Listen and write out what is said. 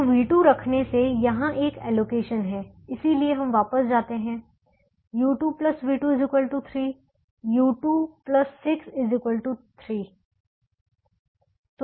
अब v2 रखने से यहाँ एक एलोकेशन है इसलिए हम वापस जाते हैं u2 v2 3 u2 6 3 तो u2 3